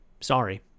Sorry